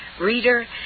Reader